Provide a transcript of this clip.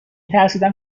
ترسیدم